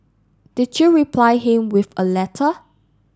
did you reply him with a letter